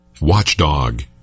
Watchdog